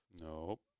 Nope